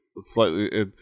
slightly